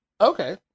okay